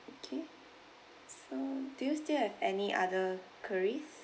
okay so do you still have any other queries